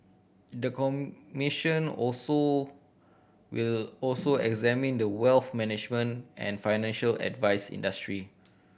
the commission also will also examine the wealth management and financial advice industry